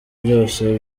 byose